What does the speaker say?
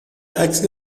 عکسی